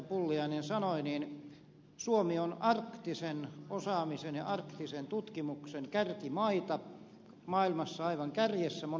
pulliainen sanoi niin suomi on arktisen osaamisen ja arktisen tutkimuksen kärkimaita maailmassa aivan kärjessä monissa asioissa